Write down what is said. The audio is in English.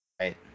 Right